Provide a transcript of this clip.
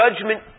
judgment